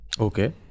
Okay